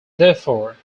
therefore